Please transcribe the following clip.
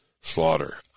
Slaughter